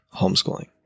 homeschooling